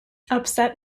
upset